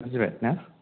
बुजिबाय ना